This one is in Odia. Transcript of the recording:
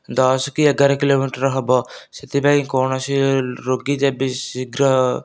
ଦଶ କି ଏଗାର କିଲୋମିଟର ହେବ ସେଥିପାଇଁ କୌଣସି ରୋଗୀ ଯେବେ ଶୀଘ୍ର